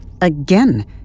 Again